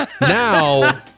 Now